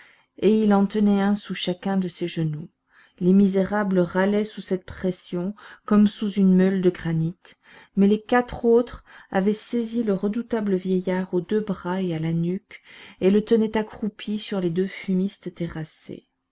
et il en tenait un sous chacun de ses genoux les misérables râlaient sous cette pression comme sous une meule de granit mais les quatre autres avaient saisi le redoutable vieillard aux deux bras et à la nuque et le tenaient accroupi sur les deux fumistes terrassés